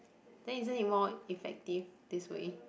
then isn't it more effective this way